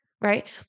right